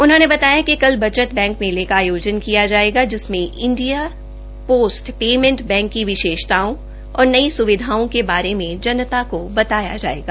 उन्होंने बताया कि कल बच बैंक मेले का आयोजन किया जायेगा जिसमें इंडिया ोस्ट ोमेंट बैंक की विशेषताओं और नई स्विधाओं के बारे में जनता का बताया जायेगा